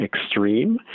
extreme